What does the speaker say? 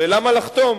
ולמה לחתום?